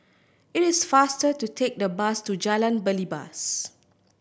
it is faster to take the bus to Jalan Belibas